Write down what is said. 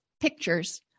pictures